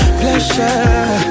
pleasure